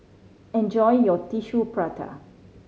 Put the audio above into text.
enjoy your Tissue Prata